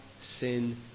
sin